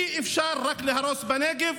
אי-אפשר רק להרוס בנגב,